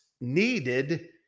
needed